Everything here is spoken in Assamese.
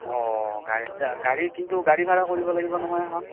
অ গাড়ীত যাম গাড়ী কিন্তু গাড়ী ভাড়া কৰিব লাগিব নহয় এখন